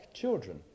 children